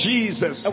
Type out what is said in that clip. Jesus